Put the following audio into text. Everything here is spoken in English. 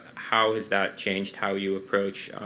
how has that changed how you approach